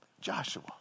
Joshua